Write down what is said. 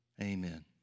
Amen